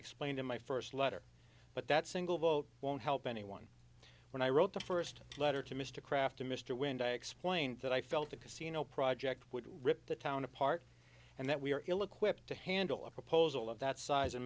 explained in my first letter but that single vote won't help anyone when i wrote the first letter to mr kraft to mr when i explained that i felt the casino project would rip the town apart and that we are ill equipped to handle a proposal of that size